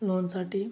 लोनसाठी